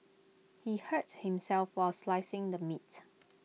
he hurts himself while slicing the meat